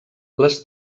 les